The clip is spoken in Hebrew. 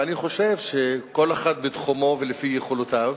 ואני חושב שכל אחד בתחומו ולפי יכולותיו